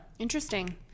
Interesting